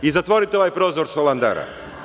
I zatvorite ovaj prozor što landara.